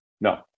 no